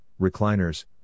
recliners